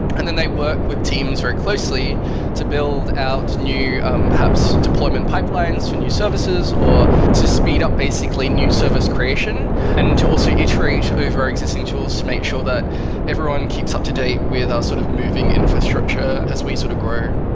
and then they work with teams very closely to build out new, um perhaps, deployment pipelines for new services, or to speed up basically new service creation and to also iterate over existing tools to make sure that everyone keeps up to date with our sort of moving infrastructure as we sort of grow.